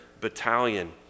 battalion